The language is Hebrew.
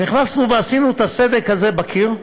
נכנסנו ועשינו את הסדק הזה בקיר,